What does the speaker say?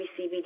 CBD